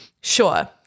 sure